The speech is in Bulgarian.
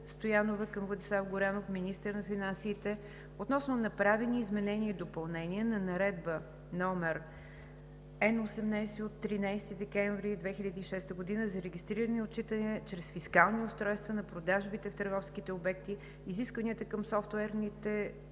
Горанов – министър на финансите, относно направени изменения и допълнения на Наредба № Н-18 от 13 декември 2006 г. за регистриране и отчитане чрез фискални устройства на продажбите в търговските обекти, изискванията към софтуерите